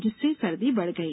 जिससे सर्दी बढ़ गई